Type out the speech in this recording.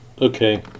Okay